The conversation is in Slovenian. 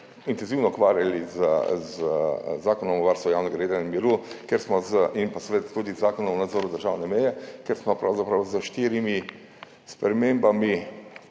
intenzivno ukvarjali z Zakonom o varstvu javnega reda in miru in pa seveda tudi z Zakonom o nadzoru državne meje, kjer smo pravzaprav s štirimi spremembami,